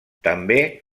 també